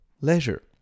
leisure